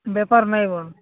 ବେପାର ନାଇଁବ